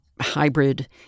hybrid